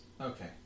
Okay